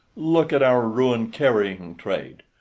look at our ruined carrying trade,